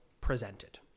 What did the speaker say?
presented